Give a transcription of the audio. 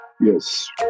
Yes